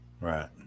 Right